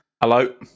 Hello